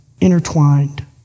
intertwined